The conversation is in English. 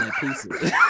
pieces